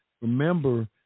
remember